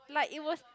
like it was